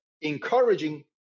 encouraging